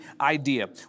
idea